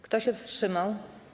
Kto się wstrzymał?